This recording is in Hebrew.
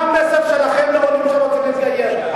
מה המסר שלכם לעולים שרוצים להתגייר.